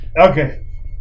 Okay